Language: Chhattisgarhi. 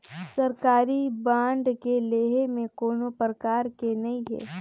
सरकारी बांड के लेहे में कोनो परकार के नइ हे